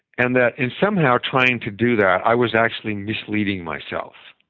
and that in somehow trying to do that, i was actually misleading myself.